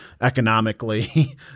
economically